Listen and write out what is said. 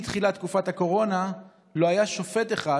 מתחילת תקופת הקורונה לא היה שופט אחד,